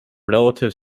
relative